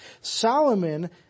Solomon